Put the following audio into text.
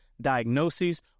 diagnoses